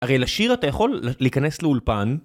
הרי לשיר אתה יכול להיכנס לאולפן